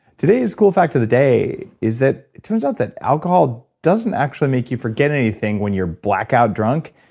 today's cool fact of the day is that it turns out that alcohol doesn't actually make you forget anything when you're blackout drunk.